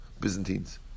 Byzantines